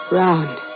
round